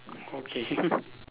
okay